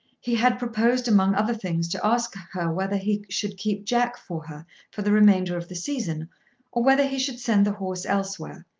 he had proposed among other things to ask her whether he should keep jack for her for the remainder of the season or whether he should send the horse elsewhere,